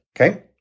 okay